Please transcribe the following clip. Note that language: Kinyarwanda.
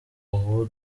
ubu